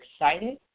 excited